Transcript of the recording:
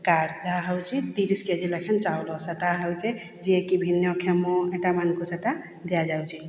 card ଯାହା ହେଉଛି ତିରିଶ କେଜି ଲେଖାଏଁ ଚାଉଳ ସେଇଟା ହେଉଛି ଯିଏକି ଭିନ୍ନକ୍ଷମ ଏଇଟାମାନଙ୍କୁ ସେଇଟା ଦିଆଯାଉଛି